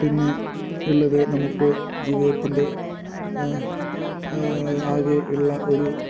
പിന്നെ ഉള്ളത് നമുക്ക് ജീവിതത്തിൻ്റെ ആകെ ഉള്ള ഒരു